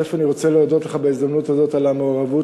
אני רוצה להודות לך בהזדמנות הזאת על המעורבות